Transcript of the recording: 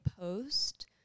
post